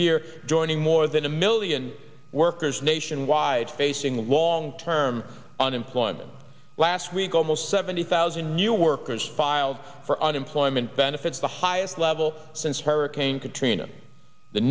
year joining more than a million workers nationwide facing long term unemployment last week almost seventy thousand new workers filed for unemployment benefits the highest level since hurricane katrina the